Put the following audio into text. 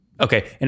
Okay